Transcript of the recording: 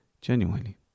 genuinely